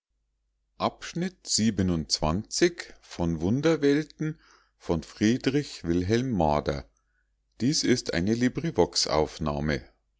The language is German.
es ist eine